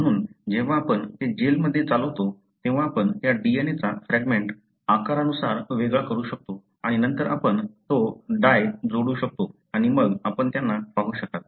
म्हणून जेव्हा आपण ते जेलमध्ये चालवतो तेव्हा आपण त्या DNA चा फ्रॅगमेंट आकारानुसार वेगळा करू शकतो आणि नंतर आपण तो डाय जोडू शकतो आणि मग आपण त्यांना पाहू शकाल